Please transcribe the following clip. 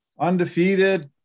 undefeated